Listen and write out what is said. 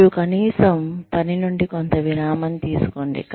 మరియు కనీసం పని నుండి కొంత విరామం తీసుకోండి